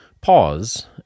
pause